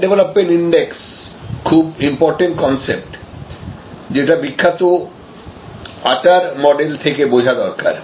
share development index খুব important concept যেটা বিখ্যাত ATAR মডেল থেকে বোঝা দরকার